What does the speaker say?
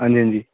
अंजी अंजी